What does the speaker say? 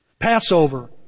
Passover